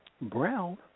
brown